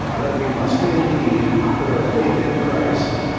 that we must indeed put our faith in christ.